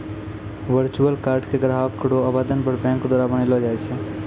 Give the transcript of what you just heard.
virtual card के ग्राहक रो आवेदन पर बैंक द्वारा बनैलो जाय छै